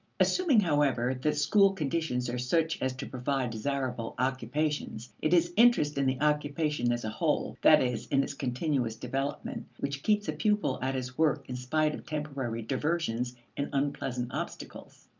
assuming, however, that school conditions are such as to provide desirable occupations, it is interest in the occupation as a whole that is, in its continuous development which keeps a pupil at his work in spite of temporary diversions and unpleasant obstacles.